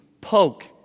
poke